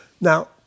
Now